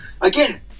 again